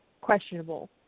questionable